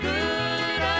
Good